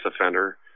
offender